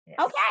Okay